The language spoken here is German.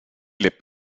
lebt